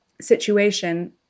situation